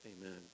Amen